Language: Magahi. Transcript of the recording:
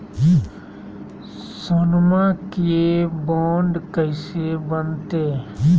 सोनमा के बॉन्ड कैसे बनते?